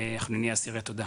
אנחנו נהיה אסירי תודה.